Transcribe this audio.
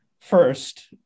first